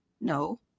no